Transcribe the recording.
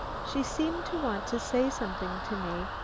she seemed to want to say something to me,